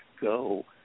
go